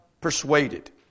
persuaded